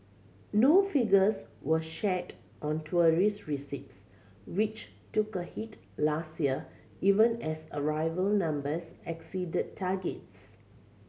no figures were shared on tourism receipts which took a hit last year even as arrival numbers exceeded targets